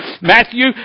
Matthew